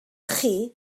chi